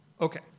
okay